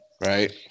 right